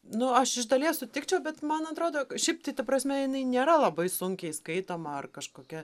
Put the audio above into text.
nu aš iš dalies sutikčiau bet man atrodo šiaip tai ta prasme jinai nėra labai sunkiai skaitoma ar kažkokia